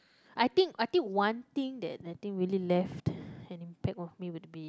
I think I think one thing that I think really left an impact of me would be